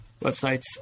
websites